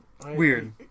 Weird